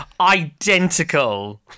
identical